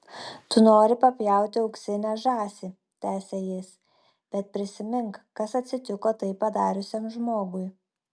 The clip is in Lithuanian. tu nori papjauti auksinę žąsį tęsė jis bet prisimink kas atsitiko tai padariusiam žmogui